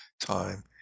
time